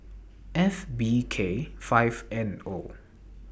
F B K five N O